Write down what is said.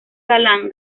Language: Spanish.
galán